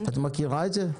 את מכירה את זה?